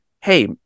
Hey